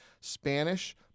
Spanish